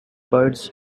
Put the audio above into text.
birds